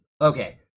Okay